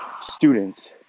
students